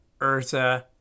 Urza